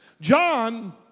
John